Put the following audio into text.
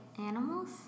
animals